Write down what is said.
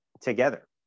together